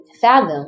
fathom